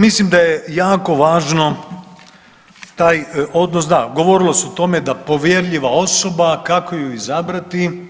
Mislim da je jako važno taj odnos, da govorilo se o tome da povjerljiva osoba kako ju izabrati,